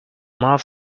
mouth